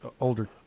older